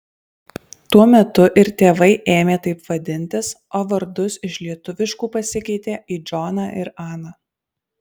tuo metu ir tėvai ėmė taip vadintis o vardus iš lietuviškų pasikeitė į džoną ir aną